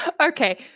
Okay